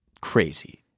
crazy